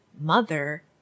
mother